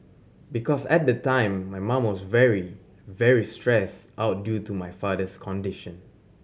because at the time my mum was very very stressed out due to my father's condition